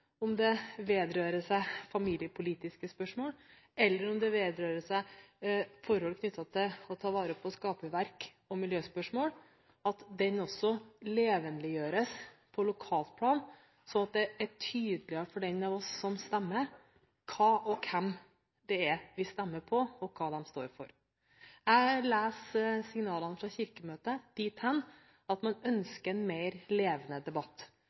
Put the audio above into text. det dreier seg om familiepolitiske spørsmål eller forhold knyttet til å ta vare på skaperverket, miljøspørsmål, også levendegjøres på lokalplan, sånn at det er tydeligere for dem av oss som stemmer, hva og hvem vi stemmer på, og hva de står for. Jeg leser signalene fra Kirkemøtet dit hen at man ønsker en mer levende debatt,